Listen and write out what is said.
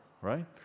Right